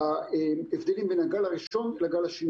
בין הגל הראשון לגל השני,